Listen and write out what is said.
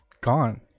gone